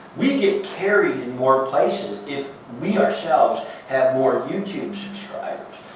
we get carried in more places if we ourselves have more youtube subscribers.